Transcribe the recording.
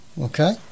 Okay